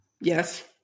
Yes